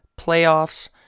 playoffs